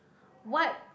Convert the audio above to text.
what